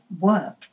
work